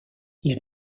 les